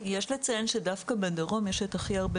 יש לציין שדווקא בדרום יש את הכי הרבה